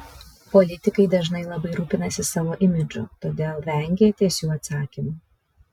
politikai dažnai labai rūpinasi savo imidžu todėl vengia tiesių atsakymų